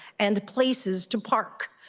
and places to park.